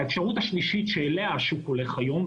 האפשרות השלישית שאליה השוק הולך היום,